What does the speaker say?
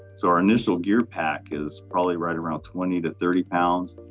so our initial gear pack is probably right around twenty to thirty pounds.